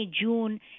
June